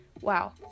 Wow